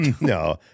No